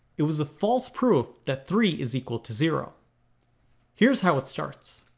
it was a false proof that three is equal to zero here's how it starts.